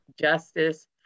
justice